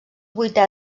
vuitè